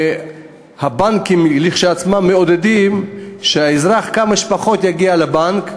הבנקים כשלעצמם מעודדים את המגמה שהאזרח כמה שפחות יגיע לבנק,